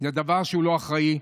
זה דבר שהוא לא אחראי.